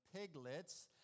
piglets